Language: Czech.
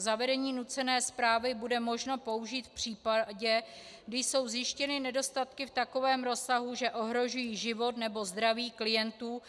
Zavedení nucené správy bude možno použít v případě, kdy jsou zjištěny nedostatky v takovém rozsahu, že ohrožují život nebo zdraví klientů